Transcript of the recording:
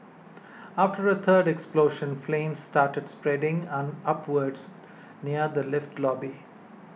after a third explosion flames started spreading an upwards near the lift lobby